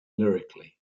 lyrically